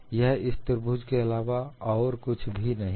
यह इस त्रिभुज के अलावा और कुछ नहीं है